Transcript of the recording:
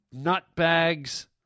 nutbags